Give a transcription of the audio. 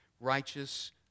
righteous